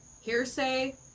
hearsay